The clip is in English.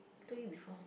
I told you before